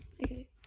okay